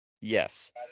Yes